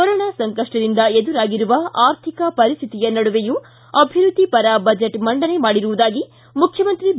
corona ಸಂಕಷ್ಪದಿಂದ ಎದುರಾಗಿರುವ ಆರ್ಥಿಕ ಪರಿಸ್ತಿತಿಯ ನಡುವೆಯೂ ಅಭಿವೃದ್ದಿ ಪರ ಬಜೆಟ್ ಮಂಡನೆ ಮಾಡಿರುವುದಾಗಿ ಮುಖ್ಯಮಂತ್ರಿ ಬಿ